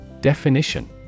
Definition